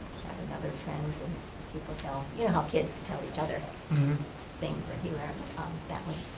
and other friends and people tell, you know how kids tell each other things that he learned that way.